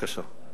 בבקשה .